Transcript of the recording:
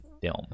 film